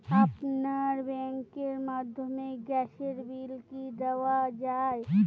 আপনার ব্যাংকের মাধ্যমে গ্যাসের বিল কি দেওয়া য়ায়?